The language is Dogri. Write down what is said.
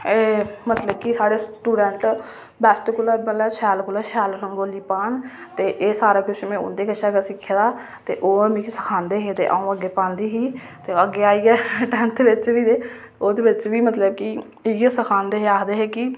ते मतलब कि साढ़े स्टूडेंट बैस्ट कोला शैल कोला शैल रंगोली पान ते एह् सारा किश में उं'दे कोला गै सिक्खे दा ते ओह् मिगी सखांदे हे ते अ'ऊं अग्गें पांदी ही ते ओह् अग्गें आइयै बी ते ओह्दे बिच बी इ'यै कि सखांदे हे ते आखदे हे कि